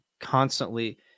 constantly